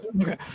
Okay